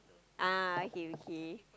ah okay okay